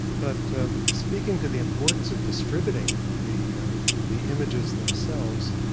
but speaking to the importance of distributing the the images themselves,